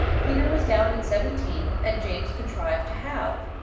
peter was down in seventeen, and james contrived to halve.